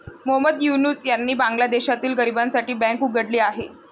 मोहम्मद युनूस यांनी बांगलादेशातील गरिबांसाठी बँक उघडली आहे